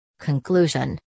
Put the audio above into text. Conclusion